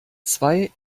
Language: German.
zwei